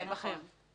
בכיר.